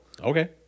Okay